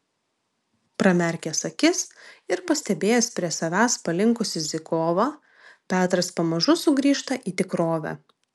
pramerkęs akis ir pastebėjęs prie savęs palinkusį zykovą petras pamažu sugrįžta į tikrovę